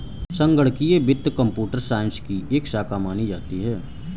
संगणकीय वित्त computer science की एक शाखा मानी जाती है